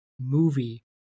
movie